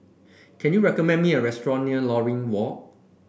can you recommend me a restaurant near Lornie Walk